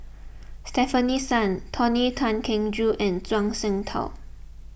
Stefanie Sun Tony Tan Keng Joo and Zhuang Shengtao